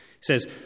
says